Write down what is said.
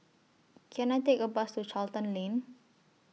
Can I Take A Bus to Charlton Lane